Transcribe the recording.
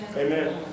Amen